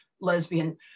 lesbian